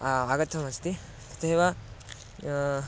आगतमस्ति तथैव